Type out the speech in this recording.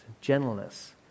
gentleness